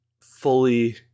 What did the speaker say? fully